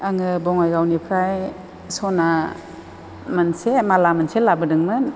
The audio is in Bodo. आङो बङाइगावनिफ्राय सना मोनसे माला मोनसे लाबोदोंमोन